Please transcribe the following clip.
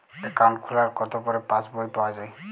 Account খোলার কতো পরে পাস বই পাওয়া য়ায়?